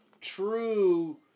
true